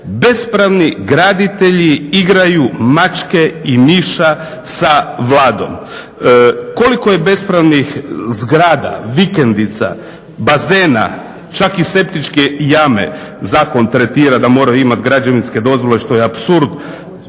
bespravni graditelji igraju mačke i miša sa Vladom. Koliko je bespravnih zgrada, vikendica, bazena, čak i septičke jame zakon tretira da moraju imat građevinske dozvole što je apsurd.